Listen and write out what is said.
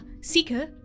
Seeker